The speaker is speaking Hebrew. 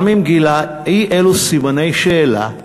גם אם גילה אי-אלו סימני שאלה,